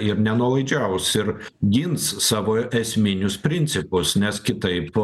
ir nenuolaidžiaus ir gins savo esminius principus nes kitaip